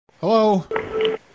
Hello